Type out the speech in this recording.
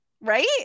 right